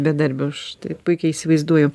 bedarbiu aš taip puikiai įsivaizduoju